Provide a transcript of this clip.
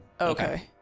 Okay